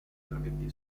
brevetti